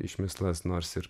išmislas nors ir